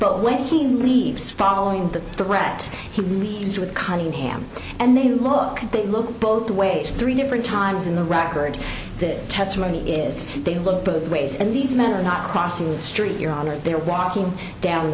but when he leaves following the threat he returns with cunningham and they look they look both ways three different times in the record that testimony is they look both ways and these men are not crossing the street your honor they're walking down